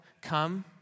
come